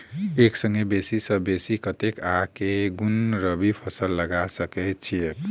एक संगे बेसी सऽ बेसी कतेक आ केँ कुन रबी फसल लगा सकै छियैक?